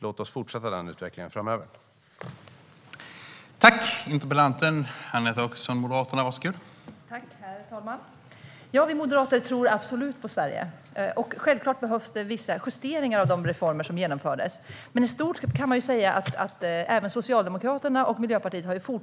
Låt oss verka för att en sådan utveckling fortsätter framöver.